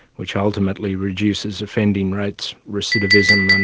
which ultimately reduces offending rates, recidivism, and